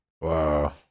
wow